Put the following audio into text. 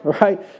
right